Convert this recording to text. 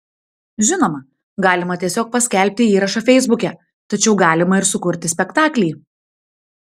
žinoma galima tiesiog paskelbti įrašą feisbuke tačiau galima ir sukurti spektaklį